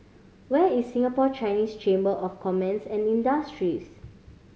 where is Singapore Chinese Chamber of Commerce and Industry